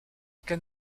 cas